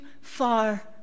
far